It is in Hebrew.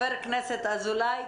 אחרים.